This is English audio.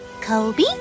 Kobe